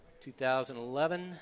2011